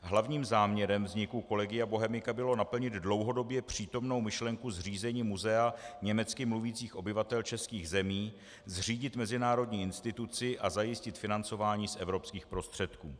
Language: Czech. Hlavním záměrem vzniku Collegia Bohemica bylo naplnit dlouhodobě přítomnou myšlenku zřízení muzea německy mluvících obyvatel českých zemí, zřídit mezinárodní instituci a zajistit financování z evropských prostředků.